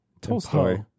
Tolstoy